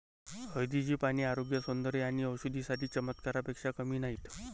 हळदीची पाने आरोग्य, सौंदर्य आणि औषधी साठी चमत्कारापेक्षा कमी नाहीत